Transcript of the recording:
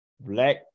black